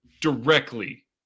Directly